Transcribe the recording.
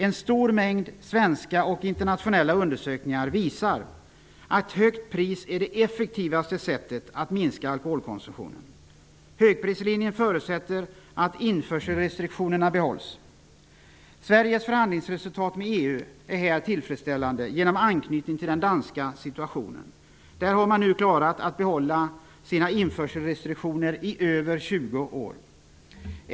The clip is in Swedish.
En stor mängd svenska och internationella undersökningar visar att högt pris är det effektivaste sättet att minska alkoholkonsumtionen. Högprislinjen förutsätter att införselrestriktionerna behålls. Sveriges förhandlingsresultat med EU är här tillfredsställande genom anknytningen till den danska situationen. Där har man nu klarat att behålla sina införselrestriktioner i över 20 år.